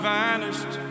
vanished